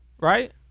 Right